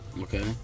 Okay